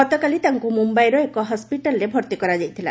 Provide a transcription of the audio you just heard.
ଗତକାଲି ତାଙ୍କୁ ମୁମ୍ୟାଇର ଏକ ହସ୍କିଟାଲରେ ଭର୍ଭି କରାଯାଇଥିଲେ